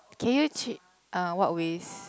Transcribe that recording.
can you ch~ uh what waste